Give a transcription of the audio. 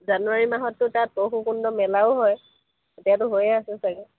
জানুৱাৰী মাহতো তাত পৰশুৰাম কুণ্ডত মেলাও হয় এতিয়াতো হৈয়ে আছে চাগৈ